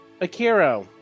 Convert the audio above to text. Akira